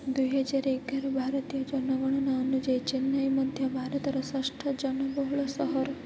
ଦୁଇହଜାର ଏଗାର ଭାରତୀୟ ଜନଗଣନା ଅନୁଯାୟୀ ଚେନ୍ନାଇ ମଧ୍ୟ ଭାରତର ଷଷ୍ଠ ଜନବହୁଳ ସହର